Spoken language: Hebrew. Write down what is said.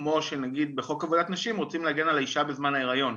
כמו שנגיד בחוק עבודת נשים רוצים להגן על האישה בזמן ההיריון.